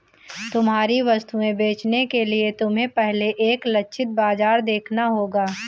तुम्हारी वस्तुएं बेचने के लिए तुम्हें पहले एक लक्षित बाजार देखना होगा